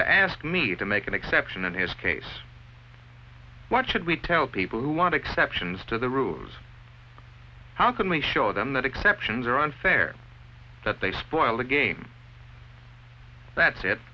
to ask me to make an exception in his case what should we tell people who want to conceptions to the rulers how can we show them that exceptions are unfair that they spoil the game that said